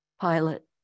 pilot